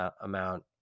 amount